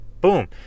boom